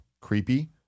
creepy